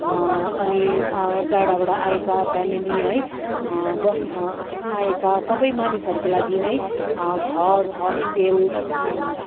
अनि टाडाबाट आएका फ्यामिली है बस्न आएका सबै मानिसहरूको लागि नै घर हस्टेल